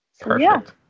Perfect